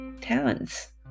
talents